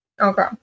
Okay